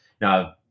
Now